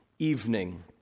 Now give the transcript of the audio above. evening